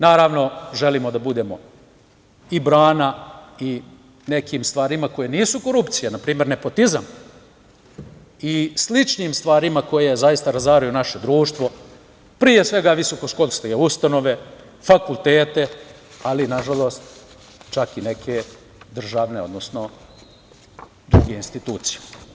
Naravno, želimo da budemo i brana i nekim stvarima koje nisu korupcija, npr. nepotizam i sličnim stvarima koje razaraju naše društvo, pre svega visokoškolske ustanove, fakultete, ali na žalost čak i neke državne, odnosno druge institucije.